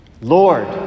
Lord